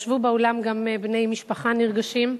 ישבו באולם גם בני משפחה נרגשים,